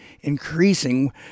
increasing